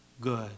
good